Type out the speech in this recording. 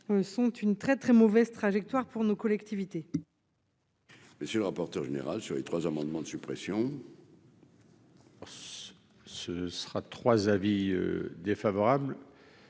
sont une très très mauvaise trajectoire pour nos collectivités. Monsieur le rapporteur général sur les trois amendements de suppression. Ce sera 3 avis défavorable